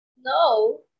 No